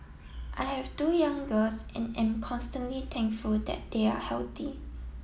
I have two young girls and am am constantly thankful that they are healthy